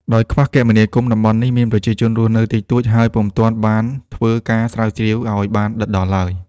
ដោយខ្វះគមនាគមន៍ តំបន់នេះមានប្រជាជនរស់នៅ តិចតួច ហើយពុំទាន់បានធ្វើការស្រាវជ្រាវអោយបានដិតដល់ឡើយ ។